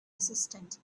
assistant